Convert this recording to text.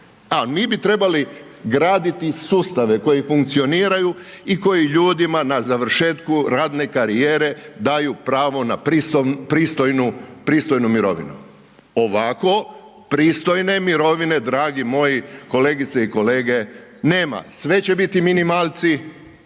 A mi bi trebali graditi sustave koji funkcioniraju i koji ljudima na završetku radne karijere daju pravo na pristojnu mirovinu. Ovako pristojne mirovine dragi moji kolegice i kolege, nema. Sve će biti minimalci,